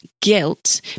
guilt